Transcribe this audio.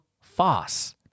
FOSS